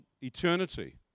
eternity